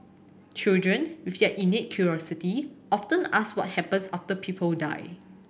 children with their innate curiosity often ask what happens after people die